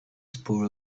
spur